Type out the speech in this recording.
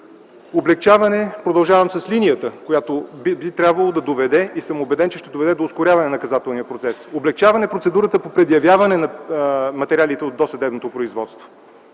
процес. Продължавам с линията, която би трябвало да доведе и съм убеден, че ще доведе до ускоряване на наказателния процес. Облекчаване процедурата по предявяване на материалите от досъдебното производство.